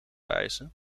wijzen